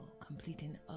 Completing